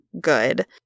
good